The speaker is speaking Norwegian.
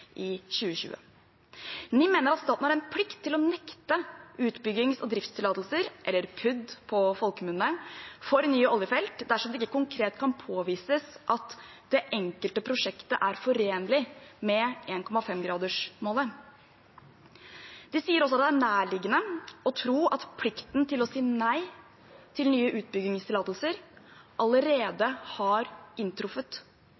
i 2020. NIM mener at staten har en plikt til å nekte utbyggings- og driftstillatelser – eller PUD på folkemunne – for nye oljefelt dersom det ikke konkret kan påvises at det enkelte prosjektet er forenlig med 1,5-gradersmålet. De sier også at det er nærliggende å tro at plikten til å si nei til nye utbyggingstillatelser